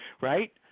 right